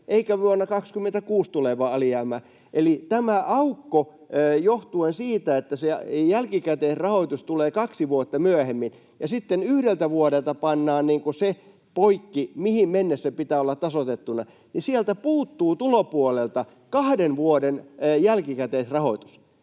eikä vuonna 26 tulevaa alijäämää. Eli johtuen siitä, että se jälkikäteisrahoitus tulee kaksi vuotta myöhemmin ja sitten yhdeltä vuodelta pannaan se poikki, mihin mennessä pitää olla tasoitettuna, niin sieltä tulopuolelta puuttuu kahden vuoden jälkikäteisrahoitus,